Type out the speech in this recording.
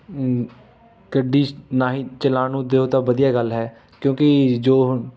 ਗੱਡੀ ਨਾ ਹੀ ਚਲਾਉਣ ਨੂੰ ਦਿਉ ਤਾਂ ਵਧੀਆ ਗੱਲ ਹੈ ਕਿਉਂਕਿ ਜੋ ਹੁਣ